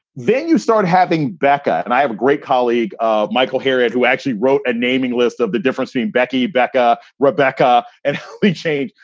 then you start having becca and i have a great colleague, ah michael, here, and who actually wrote a naming list of the difference being becky, becca, rebecca and change.